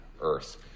Earth